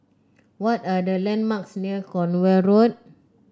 what are the landmarks near Cornwall Road